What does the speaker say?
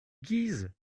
guises